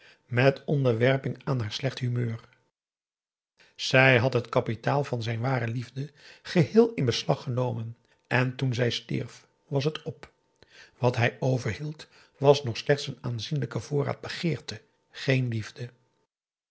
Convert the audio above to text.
met onderwerping aan haar slecht humeur zij had het kapitaal van zijn ware liefde geheel in beslag genomen en toen zij stierf was het op wat hij overhield was nog slechts een aanzienlijke voorraad begeerte geen liefde